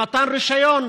של מתן רישיון.